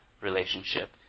relationship